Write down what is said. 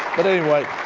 but anyway,